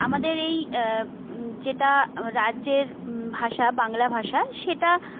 আমাদের এই যেটা রাজ্যের ভাষা বাংলা ভাষা সেটা